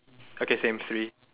okay same three